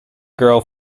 girl